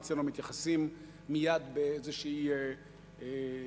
אצלנו מתייחסים מייד באיזו התרגשות,